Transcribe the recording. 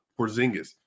Porzingis